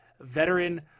veteran